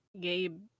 Gabe